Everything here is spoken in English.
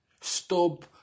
stop